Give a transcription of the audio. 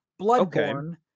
Bloodborne